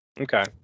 Okay